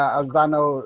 alzano